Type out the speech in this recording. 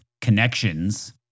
connections